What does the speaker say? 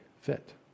fit